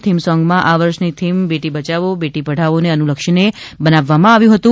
theme સોંગમાં આ વર્ષની થીમ બેટી બયાવો બેટી પઢાવોને અનુલક્ષીને બનાવવામાં આવ્યું હતું